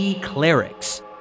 clerics